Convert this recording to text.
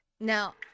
Now